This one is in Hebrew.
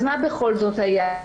אז מה בכל זאת היה?